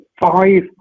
five